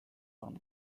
from